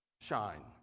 Shine